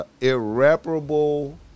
irreparable